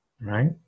right